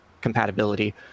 compatibility